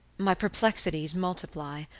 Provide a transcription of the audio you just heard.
my perplexities multiply.